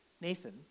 Nathan